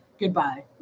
Goodbye